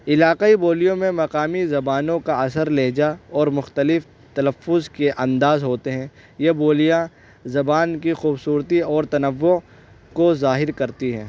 علاقائی بولیوں میں مقامی زبانوں کا اثر لہجہ اور مختلف تلفظ کے انداز ہوتے ہیں یہ بولیاں زبان کی خوبصورتی اور تنوع کو ظاہر کرتی ہیں